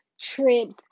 trips